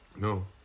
No